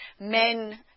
men